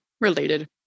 related